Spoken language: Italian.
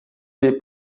dei